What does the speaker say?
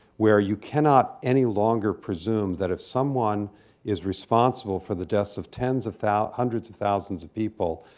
where you cannot any longer presume that if someone is responsible for the deaths of tens of thousands hundreds of thousands of people,